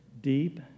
Deep